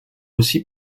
aussi